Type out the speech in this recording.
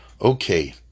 Okay